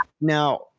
Now